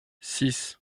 six